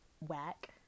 whack